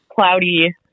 cloudy